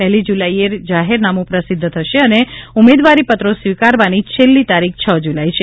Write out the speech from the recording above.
પહેલી જુલાઈએ જાહેરનામું પ્રસિધ્ધ થશે અને ઉમેદવારી પત્રો સ્વીકારવાની છેલ્લી તારીખ છ જુલાઈ છે